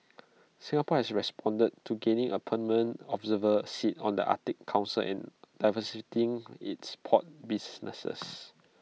Singapore has responded to gaining A permanent observer seat on the Arctic Council and diversifying its port businesses